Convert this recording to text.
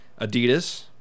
Adidas